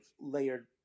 layered